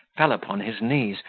fell upon his knees,